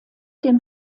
dem